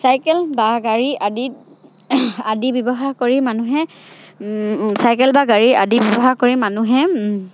cycle বা গাড়ী আদিত আদি ব্যৱহাৰ কৰি মানুহে চাইকেল বা গাড়ী আদি ব্যৱহাৰ কৰি মানুহে